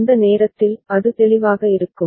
அந்த நேரத்தில் அது தெளிவாக இருக்கும்